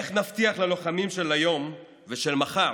איך נבטיח ללוחמים של היום ושל מחר